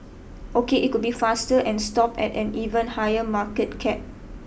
ok it could be faster and stop at an even higher market cap